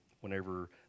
whenever